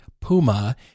Puma